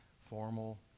formal